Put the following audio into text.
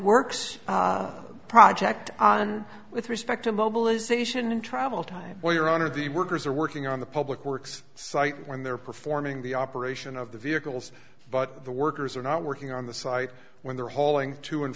works project on with respect to mobilization in travel time well your honor the workers are working on the public works site when they're performing the operation of the vehicles but the workers are not working on the site when they're hauling to and